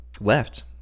left